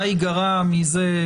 מה ייגרע מזה?